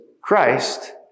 Christ